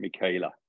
Michaela